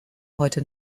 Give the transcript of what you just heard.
heute